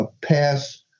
pass